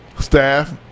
staff